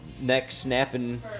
neck-snapping